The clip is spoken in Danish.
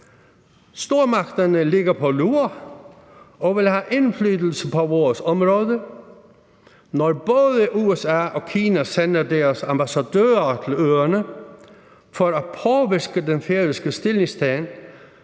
Stormagterne ligger på lur og vil have indflydelse i vores område. Når både USA og Kina sender deres ambassadører til øerne for at påvirke den færøske stillingtagen,